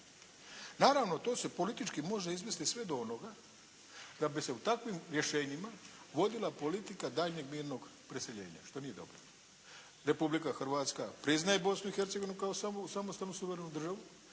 Naravno to se politički može izvesti sve do onoga da bi se u takvim rješenjima vodila politika daljnjeg mirnog preseljenja, što nije dobro. Republika Hrvatska priznaje Bosnu i Hercegovinu kao samostalnu suverenu državu